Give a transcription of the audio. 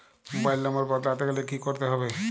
Mobile number বদলাতে গেলে কি করতে হবে?